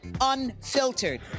Unfiltered